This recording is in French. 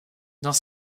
dans